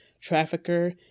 trafficker